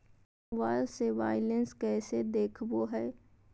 Mobile से balance कैसे देखाबो है?